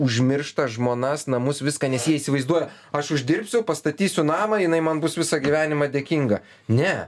užmiršta žmonas namus viską nes jie įsivaizduoja aš uždirbsiu pastatysiu namą jinai man bus visą gyvenimą dėkinga ne